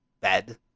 bed